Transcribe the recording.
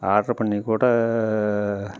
order பண்ணிக்கூட